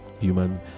human